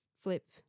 flip